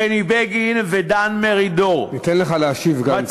בני בגין ודן מרידור, אני אתן לך להשיב גם כן.